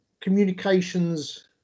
communications